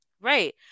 right